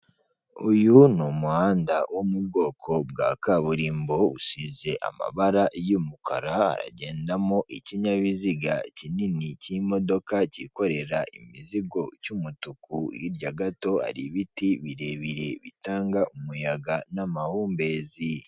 Uku ni uko bishyura amafaranga bakoresheje ikoranabuhanga bisa nk'aho ari mu gihugu cy'Ubwongereza, umuntu yari yohereje amafaranga igihumbi berekana n'undi ayo aribuze kwakira, kandi biba byerekana nimba ukoresheje ikarita za banki cyangwa izindi zose waba ukoresheje birabyerekana.